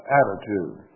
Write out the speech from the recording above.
attitude